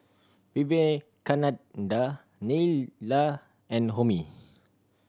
Vivekananda Neila and Homi